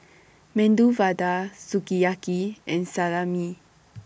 Medu Vada Sukiyaki and Salami